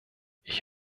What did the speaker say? ich